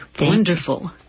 Wonderful